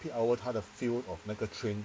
peak hour 他的 feel of 那个 train